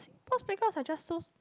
those playgrounds are just so